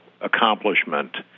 accomplishment